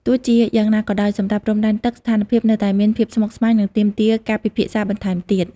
ទោះជាយ៉ាងណាក៏ដោយ សម្រាប់ព្រំដែនទឹក ស្ថានភាពនៅតែមានភាពស្មុគស្មាញ និងទាមទារការពិភាក្សាបន្ថែមទៀត។